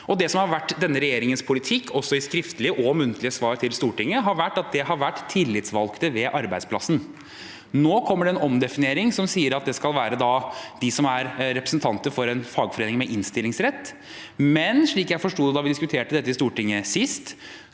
Det som har vært denne regjeringens politikk, også i skriftlige og muntlige svar til Stortinget, har vært at det har vært tillitsvalgte ved arbeidsplassen. Nå kommer det en omdefinering som sier at det skal være de som er representanter for en fagforening med innstillingsrett, men slik jeg forsto det sist vi diskuterte dette i Stortinget,